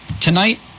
Tonight